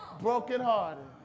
brokenhearted